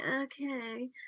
okay